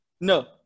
no